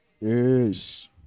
Yes